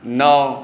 नओ